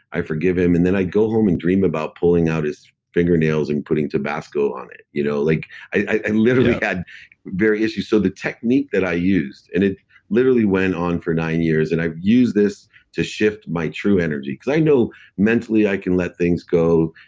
i forgive him. and then i'd go home and dream about pulling out his fingernails and putting tabasco on it you know like i literally had various. so the technique that i used, and it literally went on for nine years, and i use this to shift my true energy. because i know mentally, i can let things go.